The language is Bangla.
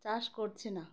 চাষ করছে না